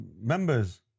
members